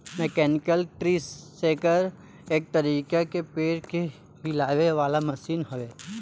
mechanical tree shaker एक तरीका के पेड़ के हिलावे वाला मशीन हवे